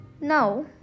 now